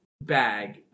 bag